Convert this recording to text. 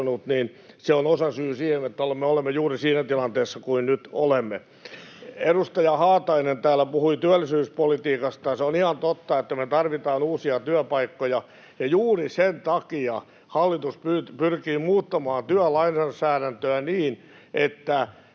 Se on osasyy siihen, että olemme juuri siinä tilanteessa kuin nyt olemme. Edustaja Haatainen täällä puhui työllisyyspolitiikasta, ja se on ihan totta, että me tarvitaan uusia työpaikkoja, ja juuri sen takia hallitus pyrkii muuttamaan työlainsäädäntöä niin, että